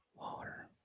Water